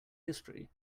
history